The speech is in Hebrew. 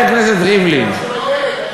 תודה רבה.